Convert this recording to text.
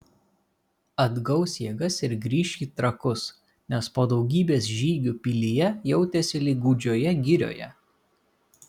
atgaus jėgas ir grįš į trakus nes po daugybės žygių pilyje jautėsi lyg gūdžioje girioje